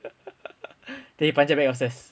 then he panjat back upstairs